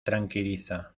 tranquiliza